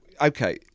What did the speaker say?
okay